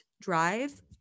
drive